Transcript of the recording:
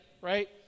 Right